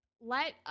let